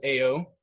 Ao